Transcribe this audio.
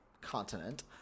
continent